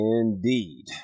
indeed